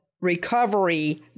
recovery